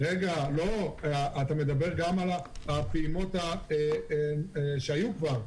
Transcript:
אתה מדבר על הפעימות שהיו כבר?